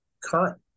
current